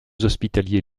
hospitaliers